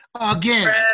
Again